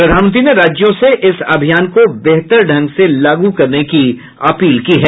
प्रधानमंत्री ने राज्यों से इस अभियान को बेहतर ढंग से लागू करने की अपील की है